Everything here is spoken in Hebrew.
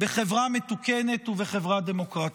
בחברה מתוקנת ובחברה דמוקרטית.